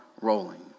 rolling